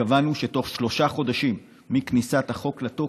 קבענו שבתוך שלושה חודשים מיום כניסת החוק לתוקף,